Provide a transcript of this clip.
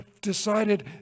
decided